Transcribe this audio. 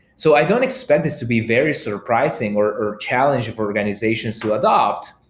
so i don't expect this to be very surprising or or challenging for organization to adapt,